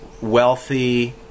wealthy